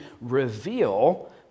reveal